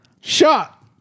shot